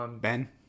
Ben